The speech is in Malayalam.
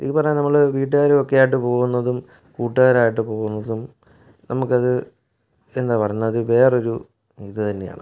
ശരിക്കും പറഞ്ഞാൽ നമ്മൾ വീട്ടുകാരുമൊക്കെയായിട്ട് പോവുന്നതും കൂട്ടുകാരായിട്ട് പോവുന്നതും നമുക്കത് എന്താ പറയുന്നത് അത് വേറൊരു ഇത് തന്നെയാണ്